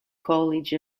college